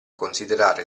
considerare